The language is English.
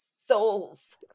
souls